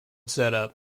setup